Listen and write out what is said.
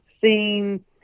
seen